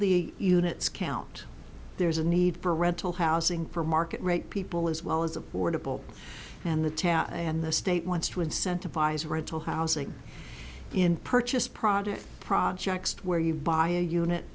the units count there's a need for rental housing for market rate people as well as affordable and the tax and the state wants to incentivize rental housing in purchase projects projects where you buy a unit